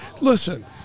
listen